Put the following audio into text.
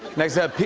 next up,